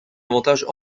avantages